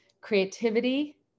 creativity